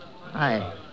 Hi